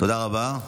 תודה רבה.